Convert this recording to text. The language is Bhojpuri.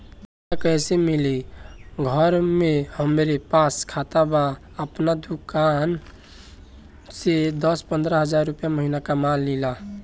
कर्जा कैसे मिली घर में हमरे पास खाता बा आपन दुकानसे दस पंद्रह हज़ार रुपया महीना कमा लीला?